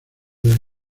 del